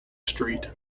street